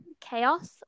chaos